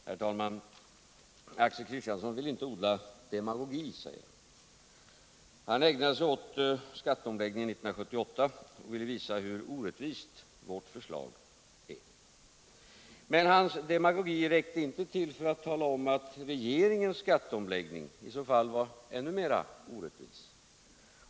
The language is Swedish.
Herr talman! Axel Kristiansson säger att han inte vill odla demagogi. Han ägnade sig åt skatteomläggningen 1978 och ville visa hur orättvist vårt förslag är. Men hans demagogi räckte inte till för att tala om att regeringens skatteomläggning i så fall är ännu mer orättvis.